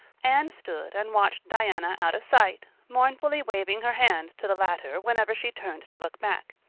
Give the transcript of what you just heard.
anne stood and watched diana out of sight, mournfully waving her hand to the latter whenever she turned to look back.